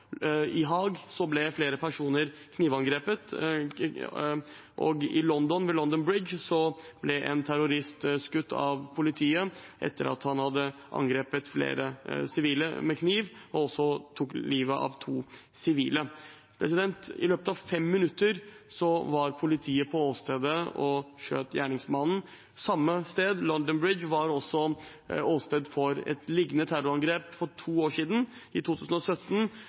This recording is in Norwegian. I Haag ble flere personer knivangrepet, og i London, ved London Bridge, ble en terrorist skutt av politiet etter at han hadde angrepet flere sivile med kniv og også tatt livet av to sivile. I løpet av fem minutter var politiet på åstedet og skjøt gjerningsmannen. Samme sted, London Bridge, var åsted for et lignende terrorangrep for to år siden, i 2017.